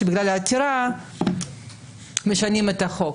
שבגלל העתירה משנים את החוק.